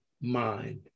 mind